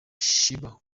sheebah